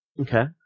okay